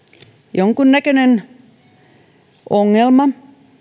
jonkunnäköinen ongelma